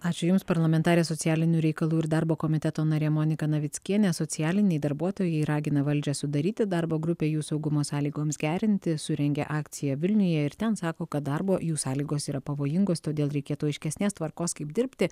ačiū jums parlamentarė socialinių reikalų ir darbo komiteto narė monika navickienė socialiniai darbuotojai ragina valdžią sudaryti darbo grupę jų saugumo sąlygoms gerinti surengė akciją vilniuje ir ten sako kad darbo jų sąlygos yra pavojingos todėl reikėtų aiškesnės tvarkos kaip dirbti